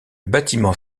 bâtiments